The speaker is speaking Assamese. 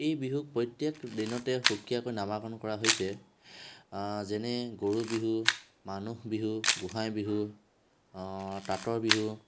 এই বিহুত প্ৰত্যেক দিনতে সুকীয়াকৈ নামাকৰণ কৰা হৈছে যেনে গৰু বিহু মানুহ বিহু গোসাঁই বিহু তাঁতৰ বিহু